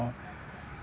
ತಾಟ್